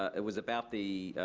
ah it was about the